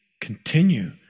Continue